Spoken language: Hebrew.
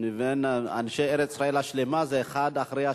אני מבין שאנשי ארץ-ישראל השלמה הם האחד אחרי השני.